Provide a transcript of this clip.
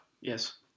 yes